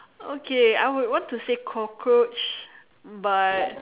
okay I would want to say cockroach but